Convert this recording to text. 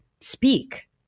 speak